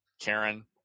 Karen